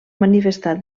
manifestar